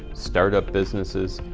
start up businesses,